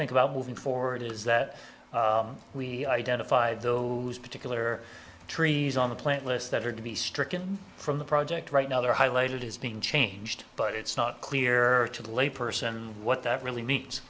think about moving forward is that we identified those particular trees on the plant list that are to be stricken from the project right now they're highlighted is being changed but it's not clear to the lay person what that really ne